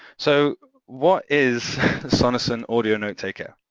so what is sonocent audio notetaker?